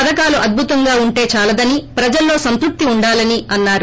పథకాలు అద్భుతంగా ఉంటే దాలదని ప్రజల్లో సంతృప్తి ఉండాలని అన్నారు